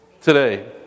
today